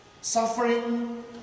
Suffering